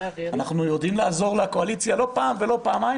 אנחנו יודעים לעזור לקואליציה לא פעם ולא פעמיים